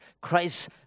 Christ